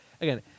again